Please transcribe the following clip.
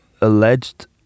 alleged